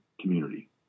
community